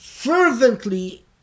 fervently